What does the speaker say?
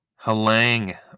Halang